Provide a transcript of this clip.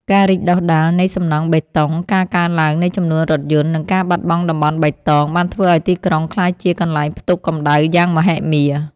ការរីកដុះដាលនៃសំណង់បេតុង ការកើនឡើងនៃចំនួនរថយន្ត និងការបាត់បង់តំបន់បៃតង បានធ្វើឱ្យទីក្រុងក្លាយជាកន្លែងផ្ទុកកម្ដៅយ៉ាងមហិមា។